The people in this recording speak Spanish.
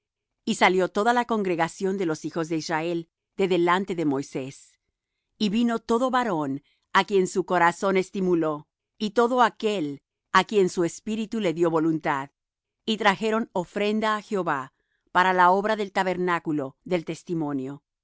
y salió toda la congregación de los hijos de israel de delante de moisés y vino todo varón á quien su corazón estimuló y todo aquel á quien su espíritu le dió voluntad y trajeron ofrenda á jehová para la obra del tabernáculo del testimonio